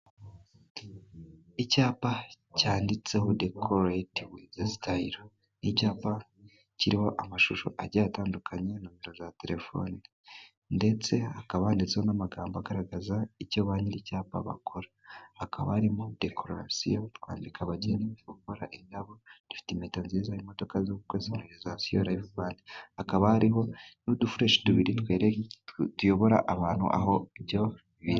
Icyapa cyanditseho decorete wizi sitayiri, n'icyapa kiriho amashusho ajyiye atandukanye, nomero za telefoni, ndetse hakaba handitsemo n'amagambo agaragaza icyo banyiri cyapa bakora, hakaba arimo dekorasiyo, twambika abageni, dukora indabo, dufite impeta nziza, imodoka z'ubukwe, sonorizasiyo, rivebandi, hakaba harihoho n'udukoresho tubiri twe tuyobora abantu ibyo biri.